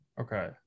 Okay